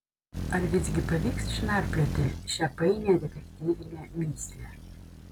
ar visgi pavyks išnarplioti šią painią detektyvinę mįslę